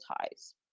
ties